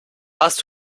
hast